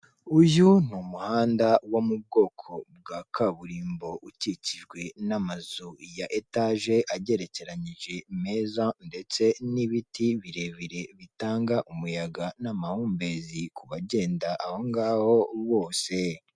Uyu ni umuhanda wo mu bwoko bwa kaburimbo ukikijwe n'amazu ya etaje agerekeranije meza ndetse n'ibiti birebire bitanga umuyaga n'amahumbezi kubagenda aho ngaho bose.